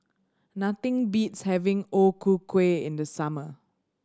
nothing beats having O Ku Kueh in the summer